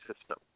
system